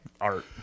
art